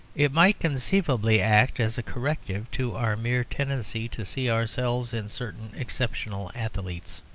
it might conceivably act as a corrective to our mere tendency to see ourselves in certain exceptional athletes.